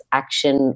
action